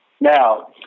Now